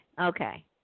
Okay